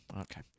Okay